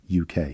UK